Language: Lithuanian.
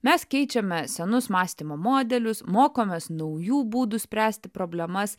mes keičiame senus mąstymo modelius mokomės naujų būdų spręsti problemas